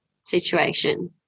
situation